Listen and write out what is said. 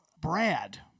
Brad